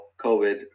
COVID